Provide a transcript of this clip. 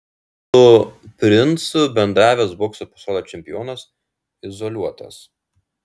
su princu bendravęs bokso pasaulio čempionas izoliuotas